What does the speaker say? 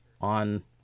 on